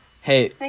Hey